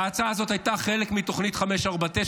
ההצעה הזאת הייתה חלק מתוכנית 549,